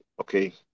okay